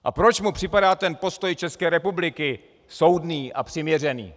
A proč mu připadá ten postoj České republiky soudný a přiměřený?